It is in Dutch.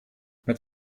met